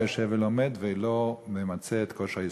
יושב ולומד ולא ממצה את כושר ההשתכרות?